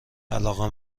علاقه